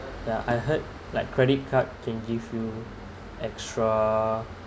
yeah I heard like credit card can give you extra